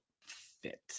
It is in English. fit